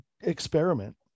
experiment